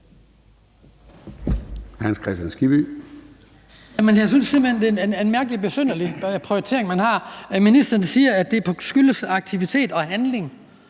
Men jeg synes simpelt hen, det er en mærkelig og besynderlig prioritering, man har. Ministeren siger, det skyldes aktivitet og handling,